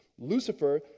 Lucifer